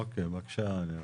אוקיי, בבקשה לירון.